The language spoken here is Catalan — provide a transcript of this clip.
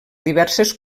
diverses